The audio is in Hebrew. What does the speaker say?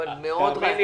אבל --- תאמין לי,